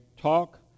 talk